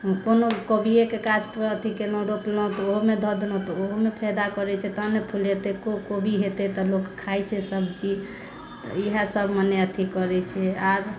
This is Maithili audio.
कोनो कोबियेके गाछ अथि केलहुँ रोपलहुँ तऽ ओहोमे धऽ देलहुँ तऽ ओहोमे फायदा करैत छै तब ने फुलैते कोबी होयतै तऽ लोक खाइत छै सब्जी तऽ इएह सभ मने अथि करैत छियै आर